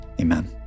amen